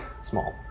small